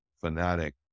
fanatic